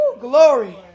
Glory